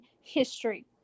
history